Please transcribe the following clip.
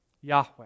Yahweh